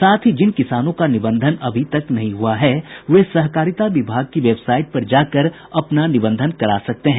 साथ ही जिन किसानों का निबंधन अभी तक नहीं हुआ वे सहकारिता विभाग की वेबसाईट पर जाकर अपना निबंधन भी करा सकते हैं